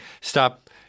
stop